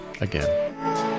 again